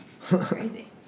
crazy